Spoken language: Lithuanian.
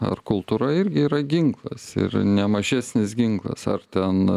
ar kultūra irgi yra ginklas ir ne mažesnis ginklas ar ten